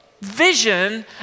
vision